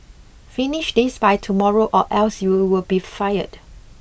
finish this by tomorrow or else you'll be fired